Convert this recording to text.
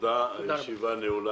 תודה לכם,